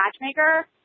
Matchmaker